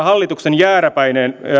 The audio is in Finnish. hallituksen jääräpäinen